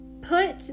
put